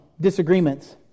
disagreements